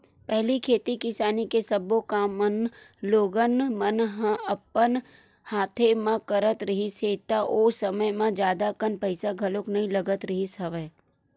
पहिली खेती किसानी के सब्बो काम मन लोगन मन ह अपन हाथे म करत रिहिस हे ता ओ समे म जादा कन पइसा घलो नइ लगत रिहिस हवय